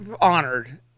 honored